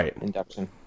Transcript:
induction